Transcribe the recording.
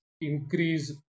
increase